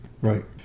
Right